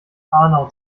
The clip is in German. hanau